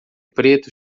preto